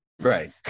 Right